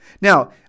Now